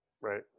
Right